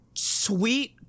Sweet